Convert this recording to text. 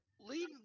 Leave